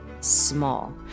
small